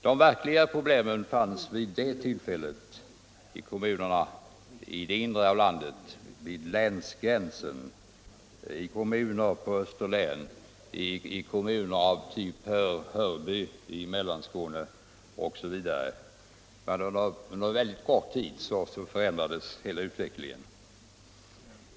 De verkliga problemen fanns vid det tillfället i kommunerna i det inre av landet, vid länsgränsen: i kommuner på Österlen, i kommuner av typ Hörby i Mellanskåne osv. Men under mycket kort tid förändrades hela utvecklingen.